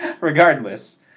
Regardless